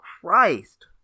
christ